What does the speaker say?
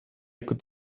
could